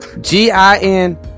G-I-N